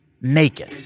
naked